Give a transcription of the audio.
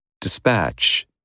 Dispatch